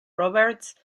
roberts